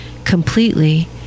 Completely